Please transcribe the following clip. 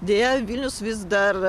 deja vilnius vis dar